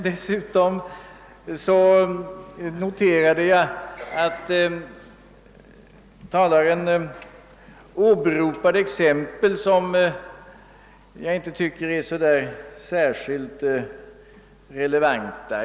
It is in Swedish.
Dessutom noterade jag att talaren åberopade exempel som jag inte tycker är särskilt relevanta.